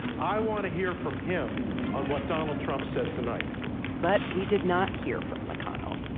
i want to hear from him on what donald trump said tonight but we did not hear from mcconnell.